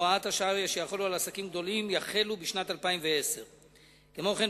הוראות השעה שיחולו על עסקים גדולים יחלו בשנת 2010. כמו כן,